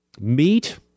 meat